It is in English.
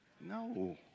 no